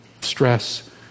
stress